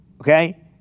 Okay